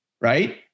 right